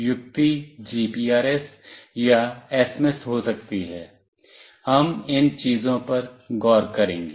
युक्ति जीपीआरएस या एसएमएस हो सकती है हम इन चीजों पर गौर करेंगे